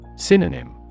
Synonym